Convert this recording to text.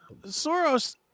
Soros